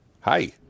Hi